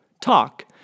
Talk